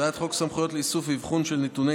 הצעת חוק סמכויות לאיסוף ואבחון של נתוני